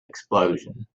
explosion